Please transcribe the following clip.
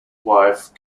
wife